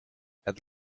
het